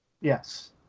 Yes